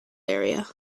area